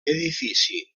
edifici